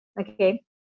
okay